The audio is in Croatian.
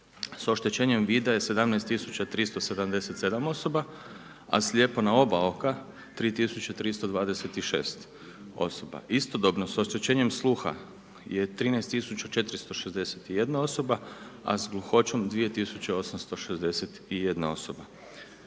sa oštećenjem vida je 17 tisuća 377 osoba a slijepo na oba oka 3 tisuće 326 osoba. Istodobno sa oštećenjem sluha je 13 tisuća 461 osoba a s gluhoćom 2 tisuće 861 osoba.